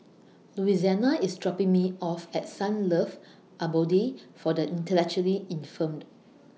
Louisiana IS dropping Me off At Sunlove Abode For The Intellectually Infirmed